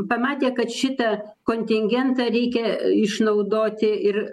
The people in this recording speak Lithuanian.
pamatė kad šitą kontingentą reikia išnaudoti ir